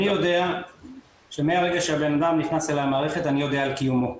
אני יודע שמהרגע שהבנאדם נכנס אלי למערכת אני יודע על קיומו.